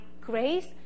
grace